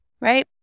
right